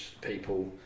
people